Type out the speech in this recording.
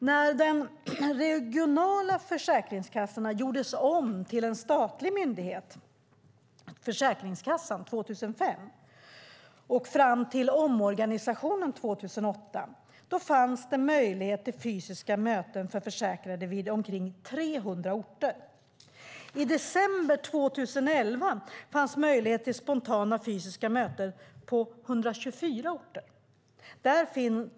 När de regionala försäkringskassorna gjordes om till den statliga myndigheten Försäkringskassan 2005 och fram till omorganisationen 2008 fanns det möjlighet till fysiska möten för försäkrade på omkring 300 orter. I december 2011 fanns möjlighet till spontana fysiska möten på 124 orter.